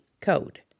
code